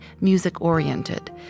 music-oriented